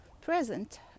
present